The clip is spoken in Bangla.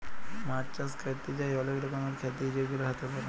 মাছ চাষ ক্যরতে যাঁয়ে অলেক রকমের খ্যতি যেগুলা হ্যতে পারে